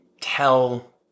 tell